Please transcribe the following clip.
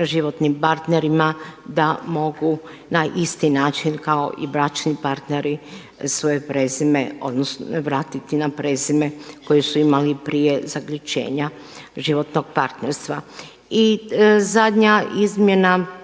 životnim partnerima da mogu na isti način kao i bračni partneri vratiti na prezime koje su imali prije zaključenja životnog partnerstva. I zadnja izmjena